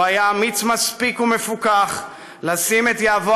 הוא היה אמיץ מספיק ומפוכח מספיק לשים את יהבו